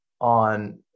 on